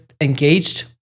engaged